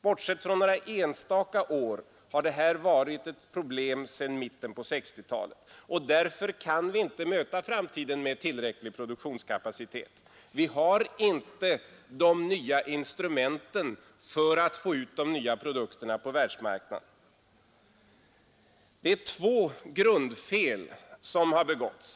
Bortsett från några enstaka år har det här varit ett problem sedan mitten på 1960-talet. Därför kan vi inte möta framtiden med tillräcklig produktionskapacitet. Vi har inte de nya instrumenten för att få ut de nya produkterna på världsmarknaden. Det är två grundfel som har begåtts.